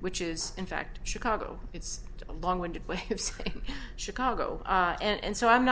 which is in fact chicago it's a long winded way of chicago and so i'm